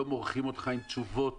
לא מורחים אותך עם תשובות